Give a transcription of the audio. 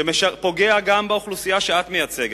שפוגע גם באוכלוסייה שאת מייצגת,